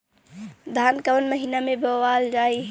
धान कवन महिना में बोवल जाई?